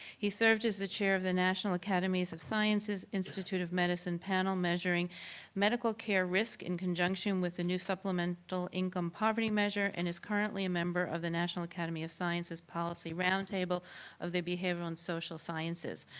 he served as the chair of the national academies of sciences, institute of medicine panel measuring medical care risk in conjunction with the new supplemental income poverty measure and is currently a member of the national academy of sciences policy round table of the behavioral and social sciences.